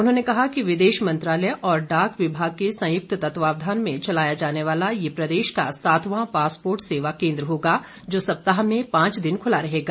उन्होंने कहा कि विदेश मंत्रालय और डाक विभाग के संयुक्त तत्वावधान में चलाया जाने वाला ये प्रदेश का सातवां पासपोर्ट सेवा केंद्र होगा जो सप्ताह में पांच दिन खुला रहेगा